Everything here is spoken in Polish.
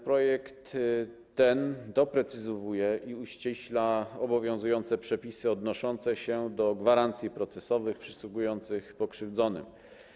Projekt ten doprecyzowuje i uściśla obowiązujące przepisy odnoszące się do gwarancji procesowych przysługujących pokrzywdzonym.